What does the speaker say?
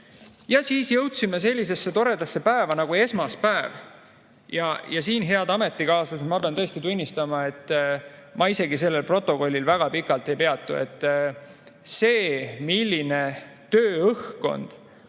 Ja siis jõudsime sellisesse toredasse päeva nagu esmaspäev ja siin, head ametikaaslased, ma pean tõesti tunnistama, et ma sellel protokollil väga pikalt ei peatu. See, milliseks